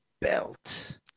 belt